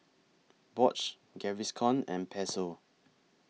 Bosch Gaviscon and Pezzo